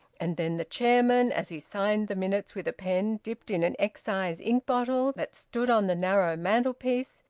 and then the chairman, as he signed the minutes with a pen dipped in an excise ink-bottle that stood on the narrow mantelpiece,